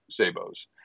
Sabos